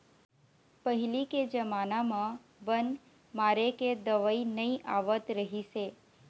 पहिली के जमाना म बन मारे के दवई नइ आवत रहिस हे